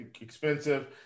expensive